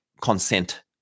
consent